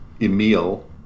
Emil